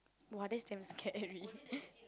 !wah! that's damn scary